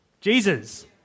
Jesus